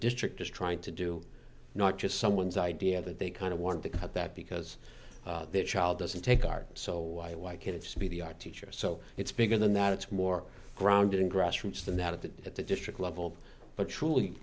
district is trying to do not just someone's idea that they kind of want to cut that because their child doesn't take are so why why kids to be the art teacher so it's bigger than that it's more grounded in grassroots than that of that at the district level but truly